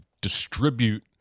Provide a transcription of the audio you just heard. distribute